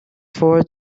forward